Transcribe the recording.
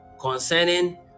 concerning